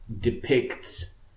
depicts